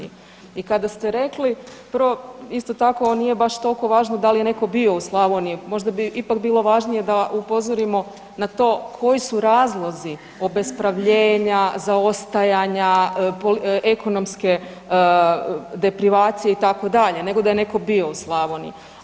I kada ste rekli prvo isto tako ovo nije baš tolko važno da li je neko bio u Slavoniji, možda bi ipak bilo važnije da upozorimo na to koji su razlozi obespravljenja, zaostajanja, ekonomske deprivacije itd. nego da je neko bio u Slavoniji.